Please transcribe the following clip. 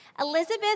Elizabeth